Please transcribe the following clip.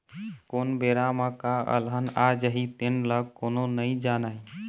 कोन बेरा म का अलहन आ जाही तेन ल कोनो नइ जानय